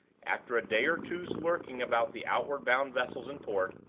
after a day or two's lurking about the outward-bound vessels in port,